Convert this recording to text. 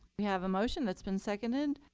we have a motion that's been seconded.